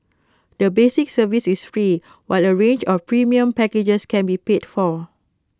the basic service is free while A range of premium packages can be paid for